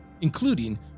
including